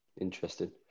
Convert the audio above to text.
Interesting